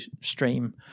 stream